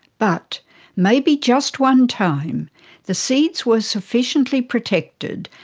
but maybe just one time the seeds were sufficiently protected,